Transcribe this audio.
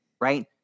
right